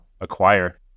acquire